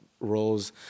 roles